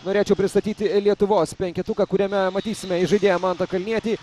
norėčiau pristatyti lietuvos penketuką kuriame matysime įžaidėją mantą kalnietį